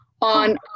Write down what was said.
on